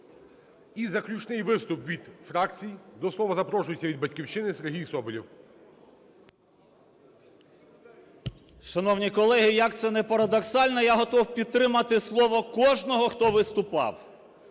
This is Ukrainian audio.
І заключний виступ від фракцій. До слова запрошується від "Батьківщини" Сергій Соболєв. 12:56:03 СОБОЛЄВ С.В. Шановні колеги, як це не парадоксально, я готовий підтримати слово кожного, хто виступав.